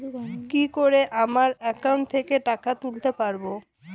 কি করে আমার একাউন্ট থেকে টাকা তুলতে পারব?